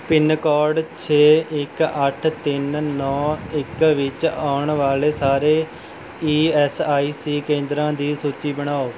pin code ਛੇ ਇੱਕ ਅੱਠ ਤਿੰਨ ਨੌ ਇੱਕ ਵਿੱਚ ਆਉਣ ਵਾਲੇ ਸਾਰੇ ਈ ਐੱਸ ਆਈ ਸੀ ਕੇਂਦਰਾਂ ਦੀ ਸੂਚੀ ਬਣਾਓ